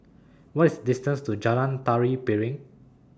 What IS distance to Jalan Tari Piring